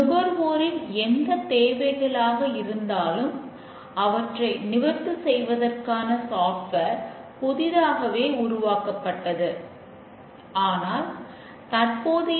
நல்ல ப்ரோக்ராமர் குறைப்பதற்கான மிகவும் சிறந்த வழி